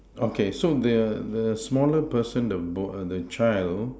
okay so the the smaller person the boy uh the child